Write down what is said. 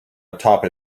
atop